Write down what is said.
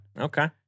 Okay